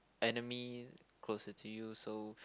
enemy closer to you so